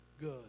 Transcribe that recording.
good